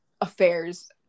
affairs